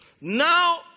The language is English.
Now